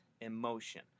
emotion